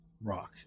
rock